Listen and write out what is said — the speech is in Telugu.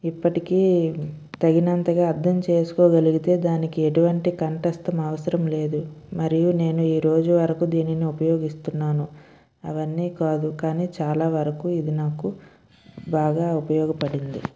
ఇప్పటికీ తగినంతగా అర్థం చేసుకోగలిగితే దానికి ఎటువంటి కంఠస్తం అవసరం లేదు మరియు నేను ఈ రోజు వరకు దీనిని ఉపయోగిస్తున్నాను అవన్నీ కాదు కానీ చాలా వరకు ఇది నాకు బాగా ఉపయోగపడింది